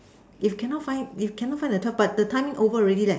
if cannot find if cannot find the twelve but the timing over already leh